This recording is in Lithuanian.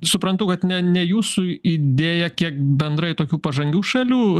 suprantu kad ne ne jūsų idėja kiek bendrai tokių pažangių šalių